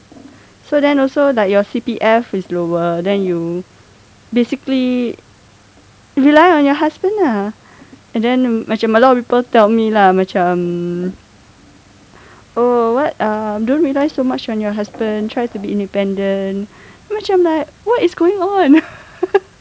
so then also like your C_P_F is lower then you basically rely on your husband ah and then macam a lot of people tell me lah macam oh what uh don't rely so much on your husband try to be independent macam like what is going on